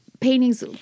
paintings